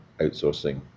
outsourcing